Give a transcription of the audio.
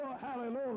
hallelujah